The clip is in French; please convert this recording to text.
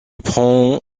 prend